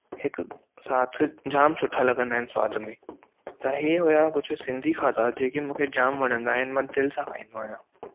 हिकु साथ जामु सुठा लॻंदा आहिनि स्वाद में त हीउ हुआ कुझु सिन्धी खाधा जेके मूंखे जाम वणन्दा आहिनि मां दिलि सां खाइन्दो आहियां